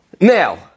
Now